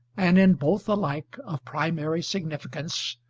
and in both alike of primary significance,